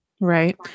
Right